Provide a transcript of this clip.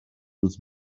with